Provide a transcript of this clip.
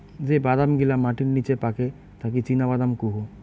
যে বাদাম গিলা মাটির নিচে পাকে তাকি চীনাবাদাম কুহু